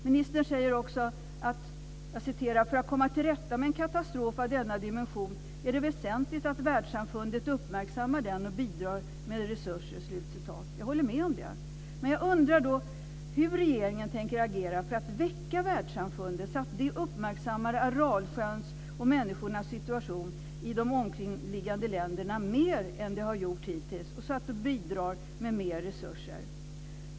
Ministern säger också följande: "För att komma till rätta med en katastrof av denna dimension är det väsentligt att världssamfundet uppmärksammar den och bidrar med resurser." Jag håller med om det. Men jag undrar hur regeringen tänker agera för att väcka världssamfundet så att det uppmärksammar Aralsjöns och människornas situation i de omkringliggande länderna mer än det har gjort hittills och så att det bidrar med mer resurser.